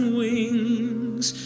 wings